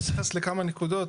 אני רציתי להתייחס לכמה נקודות,